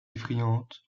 effrayante